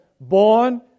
born